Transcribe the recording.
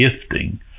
gifting